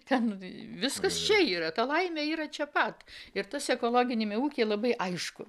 ten viskas čia yra ta laimė yra čia pat ir tas ekologiniame ūkyje labai aišku